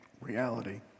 reality